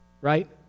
right